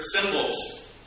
symbols